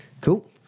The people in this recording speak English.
Cool